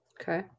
Okay